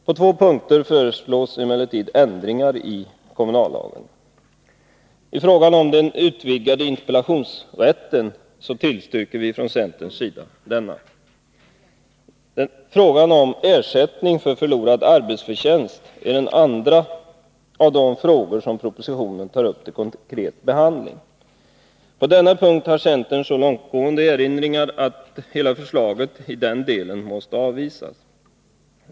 På två punkter föreslås emellertid ändringar i kommunallagen. I vad gäller den utvidgade interpellationsrätten tillstyrker vi från centerns sida denna. Frågan om ersättning för förlorad arbetsförtjänst är den andra av de frågor som i propositionen tas upp till konkret behandling. På denna punkt har centern så långtgående erinringar att hela förslaget måste avvisas.